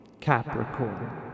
Capricorn